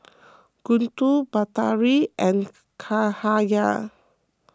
Guntur Batari and Cahaya